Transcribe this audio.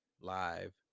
live